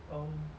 oh